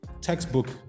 textbook